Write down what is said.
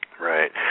Right